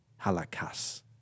halakas